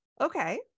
okay